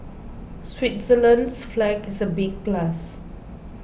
Switzerland's flag is a big plus